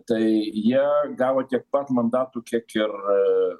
tai jie gavo tiek pat mandatų kiek ir